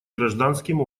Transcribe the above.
гражданским